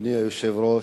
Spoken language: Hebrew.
אדוני היושב-ראש,